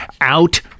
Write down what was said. out